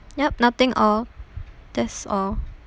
yup nothing all that's all